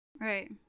Right